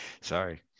Sorry